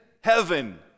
heaven